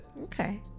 okay